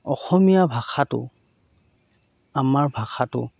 অসমীয়া ভাষাটো আমাৰ ভাষাটো